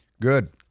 good